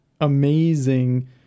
amazing